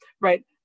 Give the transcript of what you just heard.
right